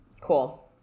Cool